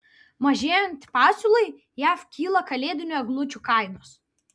mažėjant pasiūlai jav kyla kalėdinių eglučių kainos